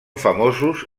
famosos